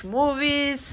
movies